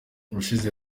ubushize